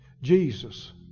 Jesus